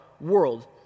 world